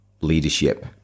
leadership